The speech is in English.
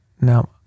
Now